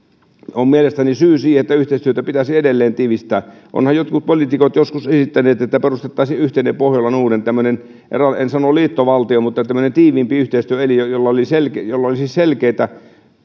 on mielestäni syy siihen että yhteistyötä pitäisi edelleen tiivistää ovathan jotkut poliitikot joskus esittäneet että perustettaisiin yhteinen pohjola norden en sano liittovaltio mutta tämmöinen tiiviimpi yhteistyöelin jolla olisi selkeitä